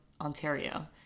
ontario